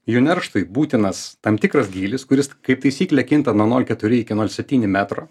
jų nerštui būtinas tam tikras gylis kuris kaip taisyklė kinta nuo nol keturi iki nol septyni metro